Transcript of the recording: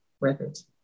Records